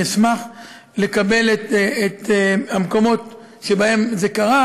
אני אשמח לקבל את שמות המקומות שבהם זה קרה,